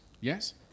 Yes